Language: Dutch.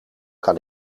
kan